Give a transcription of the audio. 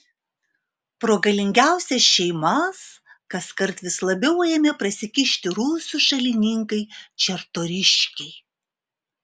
pro galingiausias šeimas kaskart vis labiau ėmė prasikišti rusų šalininkai čartoriskiai